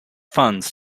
funds